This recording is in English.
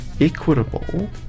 equitable